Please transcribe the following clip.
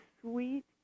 sweet